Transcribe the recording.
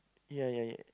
ya ya ya